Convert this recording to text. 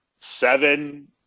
seven